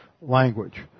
language